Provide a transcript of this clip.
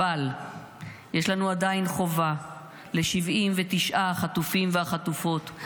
אבל עדיין יש חובה ל-79 החטופים והחטופות,